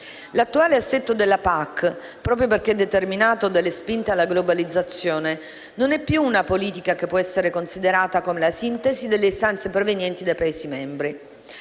L'attuale assetto della PAC, proprio perché determinato dalle spinte alla globalizzazione, non è più una politica che può essere considerata come la sintesi delle istanze provenienti dai Paesi membri.